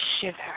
shiver